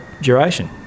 duration